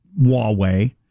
Huawei